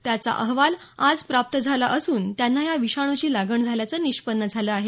त्याचा अहवाल आज प्राप्त झाला असून त्यांना या विषाणूची लागण झाल्याचं निष्पन्न झालं आहे